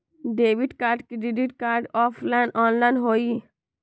Debit card credit card offline online होई?